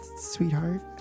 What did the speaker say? Sweetheart